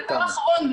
דבר אחרון.